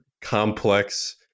complex